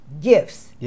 gifts